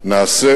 נעשה